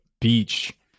Beach